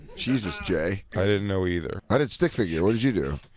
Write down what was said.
jesus, jay. i didn't know either. i did stick figure. what did you do?